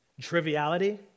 Triviality